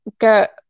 get